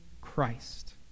Christ